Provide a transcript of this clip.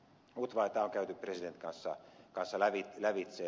tämä on käyty presidentin kanssa lävitse